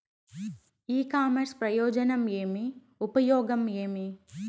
ఇ commerce ప్రయోజనం ఏమి? ఉపయోగం ఏమి?